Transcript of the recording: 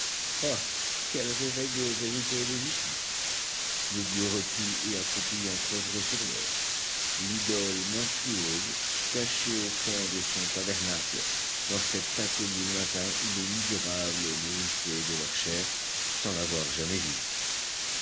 ah quel réveil de vérité et de justice le dieu repu et accroupi en crèverait sur l'heure l'idole monstrueuse cachée au fond de son tabernacle dans cet inconnu lointain où les misérables la nourrissaient de leur chair sans l'avoir jamais vue